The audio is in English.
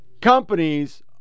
companies